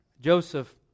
Joseph